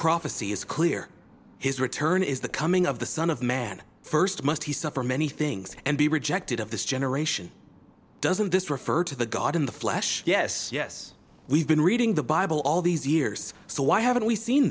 prophecy is clear his return is the coming of the son of man st must he suffered many things and be rejected of this generation doesn't this refer to the god in the flesh yes yes we've been reading the bible all these years so why haven't we seen